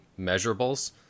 measurables